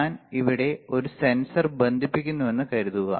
ഞാൻ ഇവിടെ ഒരു സെൻസർ ബന്ധിപ്പിക്കുന്നുവെന്ന് കരുതുക